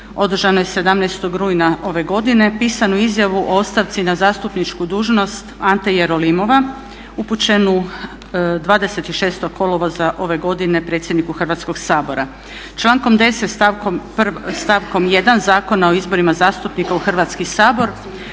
održanoj 17. rujna ove godine pisanu izjavu o ostavci na zastupničku dužnost Ante Jerolimova upućenu 26. kolovoza ove godine predsjedniku Hrvatskog sabora. Člankom 10. stavkom 1. Zakona o izborima zastupnika u Hrvatski sabor